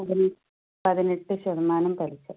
പതിനെട്ട് ശതമാനം പലിശ